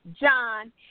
John